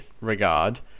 regard